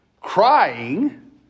crying